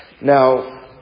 Now